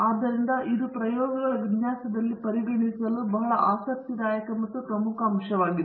ಆದ್ದರಿಂದ ಇದು ಪ್ರಯೋಗಗಳ ವಿನ್ಯಾಸದಲ್ಲಿ ಪರಿಗಣಿಸಲು ಬಹಳ ಆಸಕ್ತಿದಾಯಕ ಮತ್ತು ಪ್ರಮುಖ ಅಂಶವಾಗಿದೆ